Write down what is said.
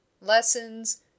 lessons